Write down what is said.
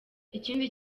ikindi